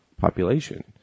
population